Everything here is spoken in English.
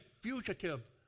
fugitive